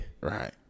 Right